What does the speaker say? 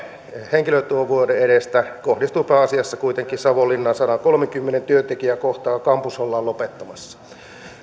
henkilötyövuoden edestä ne kohdistuvat pääasiassa kuitenkin savonlinnan sataakolmeakymmentä työntekijää kohtaan ja kampus ollaan lopettamassa